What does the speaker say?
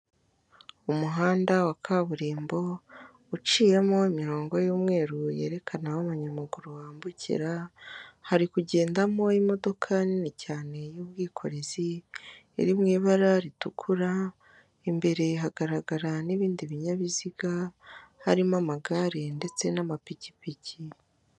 Umuhanda wa kaburimbo uciyemo imirongo y'umweru yerekana aho umunyamaguru wambukira, hari kugendamo imodoka nini cyane y'ubwikorezi iri mu ibara ritukura, imbere hagaragara n'ibindi binyabiziga harimo amagare ndetse n'amapikipiki.